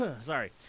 Sorry